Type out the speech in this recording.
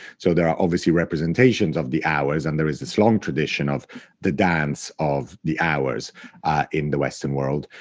so, there are obviously representations of the hours, and there is this long tradition of the dance of the hours in the western world,